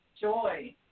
Joy